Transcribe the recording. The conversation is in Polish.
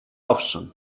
owszem